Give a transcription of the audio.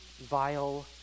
vile